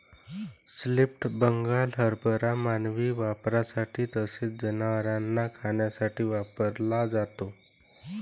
split Bengal हरभरा मानवी वापरासाठी तसेच जनावरांना खाण्यासाठी वापरला जातो